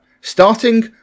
starting